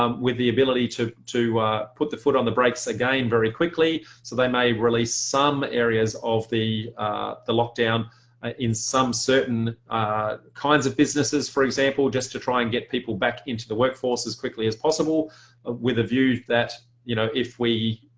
um with the ability to to put the foot on the brakes again very quickly so they may release some areas of the the lockdown in some certain kinds of businesses, for example, just to try and get people back into the workforce as quickly as possible with a view that you know if we